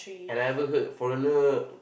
and I ever heard foreigner